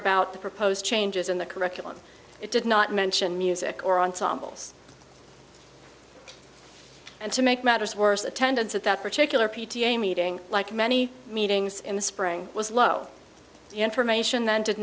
about the proposed changes in the curriculum it did not mention music or ensembles and to make matters worse attendance at that particular p t a meeting like many meetings in the spring was low information that did